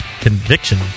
conviction